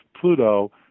Pluto